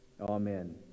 Amen